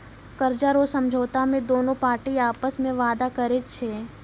कर्जा रो समझौता मे दोनु पार्टी आपस मे वादा करै छै